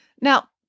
Now